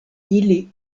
ili